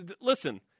listen –